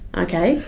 okay?